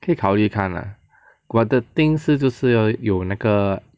可以考虑看 lah but the thing 是就是要有那个